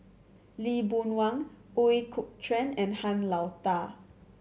Lee Boon Wang Ooi Kok Chuen and Han Lao Da